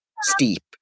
steep